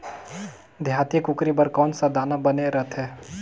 देहाती कुकरी बर कौन सा दाना बने रथे?